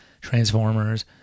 Transformers